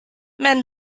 men